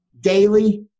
daily